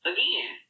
Again